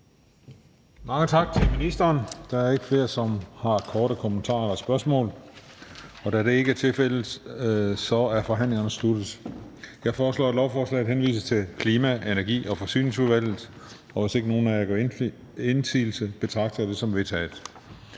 Mange tak til ministeren. Der er ikke flere, som har korte bemærkninger eller spørgsmål, og derfor er forhandlingen sluttet. Jeg foreslår, at lovforslaget henvises til Klima-, Energi- og Forsyningsudvalget, og hvis ingen af jer gør indsigelse, betragter jeg det som vedtaget.